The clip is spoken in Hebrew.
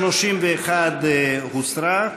31 הוסרה.